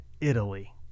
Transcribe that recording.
Italy